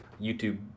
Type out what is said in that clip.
YouTube